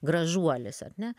gražuolis ar ne